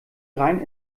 rein